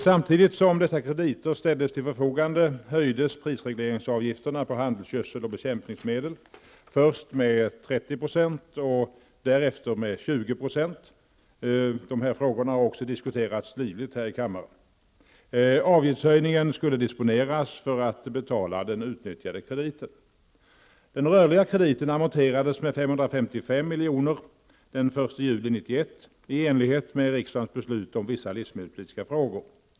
Samtidigt som dessa krediter ställdes till förfogande höjdes prisregleringsavgifterna på handelsgödsel och bekämpningsmedel, först med 30 % och därefter med 20 %. Dessa frågor har för övrigt diskuterats livligt här i kammaren. per den 1 juli 1991 i enlighet med riksdagens beslut om vissa livsmedelspolitiska frågor.